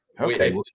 Okay